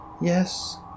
Yes